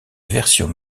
version